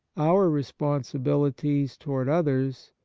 our responsibilities toward others,